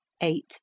eight